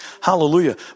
Hallelujah